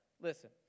listen